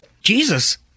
Jesus